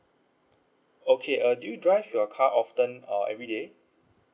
okay err do you drive your car often or everyday